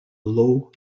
lowe